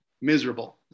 miserable